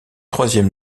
troisième